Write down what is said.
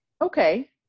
Okay